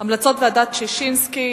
המלצות ועדת-ששינסקי,